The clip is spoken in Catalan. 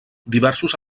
diversos